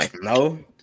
No